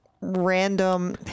random